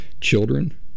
children